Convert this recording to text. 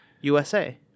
USA